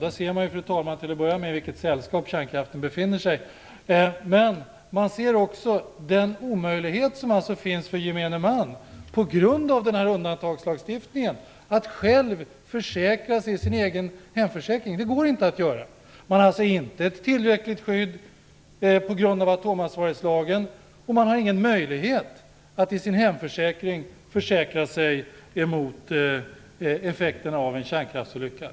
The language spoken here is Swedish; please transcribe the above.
Där ser man, fru talman, vilket sällskap kärnkraften befinner sig i. Men man ser också att det på grund av denna undantagslagstiftning är omöjligt för gemene man att själv försäkra sig i sin egen hemförsäkring. Det går inte. Man har alltså inte ett tillräckligt skydd på grund av atomansvarighetslagen, och man har ingen möjlighet att i sin hemförsäkring försäkra sig emot effekterna av en kärnkraftsolycka.